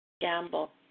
gamble